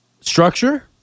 structure